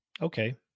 Okay